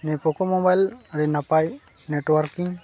ᱱᱚᱣᱟ ᱯᱳᱠᱳ ᱢᱚᱵᱟᱭᱤᱞ ᱱᱟᱯᱟᱭ ᱱᱮᱴᱣᱟᱨᱠᱤᱝ